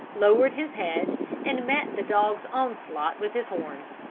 lowered his head and met the dog's onslaught with his horns,